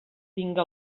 tinga